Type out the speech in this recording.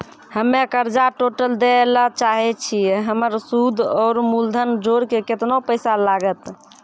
हम्मे कर्जा टोटल दे ला चाहे छी हमर सुद और मूलधन जोर के केतना पैसा लागत?